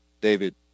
David